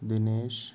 Dinesh